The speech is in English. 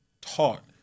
taught